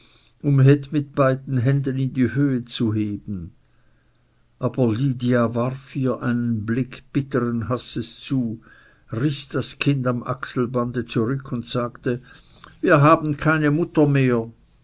um heth mit beiden händen in die höhe zu heben aber lydia warf ihr einen blick bitteren hasses zu riß das kind am achselbande zurück und sagte wir haben keine mutter mehr